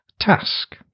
task